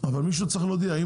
מישהו צריך להודיע את זה.